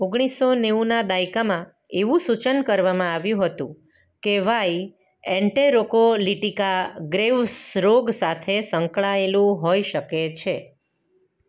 ઓગણીસ સો નેવુંના દાયકામાં એવું સૂચન કરવામાં આવ્યું હતું કે વાઈ એન્ટેરોકો લિટિકા ગ્રેવ્સ રોગ સાથે સંકળાયેલું હોઈ શકે છે